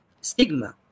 stigma